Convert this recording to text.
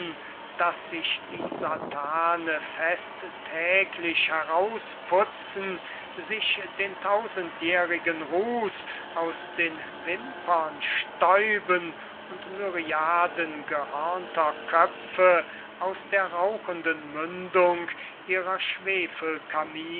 daß sich die satane festtäglich herausputzen sich den tausendjährigen ruß aus den wimpern stäuben und myriaden gehörnter köpfe aus der rauchenden mündung ihrer